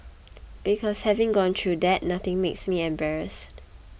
because having gone through that nothing makes me embarrassed